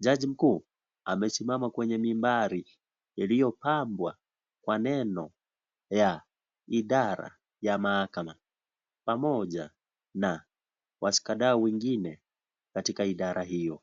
Jaji mkuu amesimama kwenye mibaari rasmi iliyopambwa kwa neno ya idara ya mahakama pamoja na washikadau wengine katika idara hiyo.